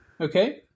Okay